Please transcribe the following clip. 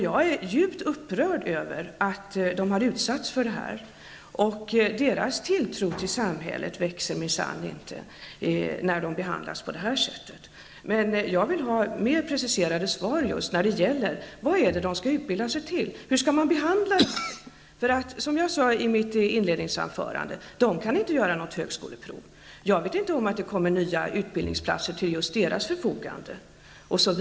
Jag är djupt upprörd över att de har utsatts för detta. Deras tilltro till samhället växer minsann inte när de behandlas på detta sätt. Jag vill ha mer preciserade svar när det gäller vad det är de skall utbilda sig till. Som jag sade i mitt inledningsanförande kan de inte göra något högskoleprov. Kommer det att inrättas nya utbildningsplatser just för dem osv?